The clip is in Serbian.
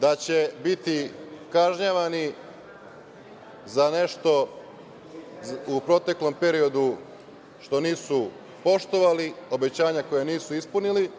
da će biti kažnjavani za nešto u proteklom periodu što nisu poštovali, obećanja koja nisu ispunili,